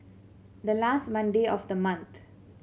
the last Monday of the month